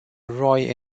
roy